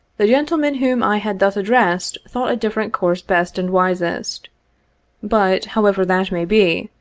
the gentlemen whom i had thus addressed thought a different course best and wisest but, however that may be,